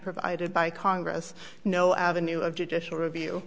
provided by congress no avenue of judicial review